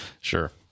Sure